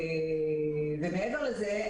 מעבר לזה,